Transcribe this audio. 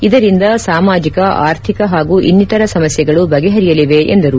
ಇದರಿಂದ ಸಾಮಾಜಿಕ ಆರ್ಥಿಕ ಹಾಗೂ ಇನ್ನಿತರ ಸಮಸ್ಯೆಗಳು ಬಗೆಹರಿಯಲಿವೆ ಎಂದರು